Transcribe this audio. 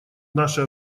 наше